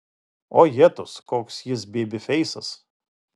o jetus koks jis beibifeisas